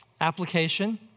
Application